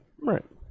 Right